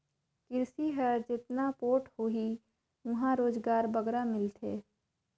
किरसी हर जेतना पोठ होही उहां रोजगार बगरा मिलथे